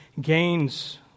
gains